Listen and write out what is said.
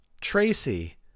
Tracy